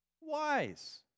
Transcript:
wise